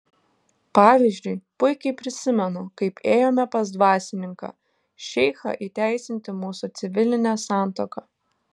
pavyzdžiui puikiai prisimenu kaip ėjome pas dvasininką šeichą įteisinti mūsų civilinę santuoką